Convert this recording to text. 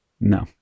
No